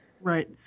Right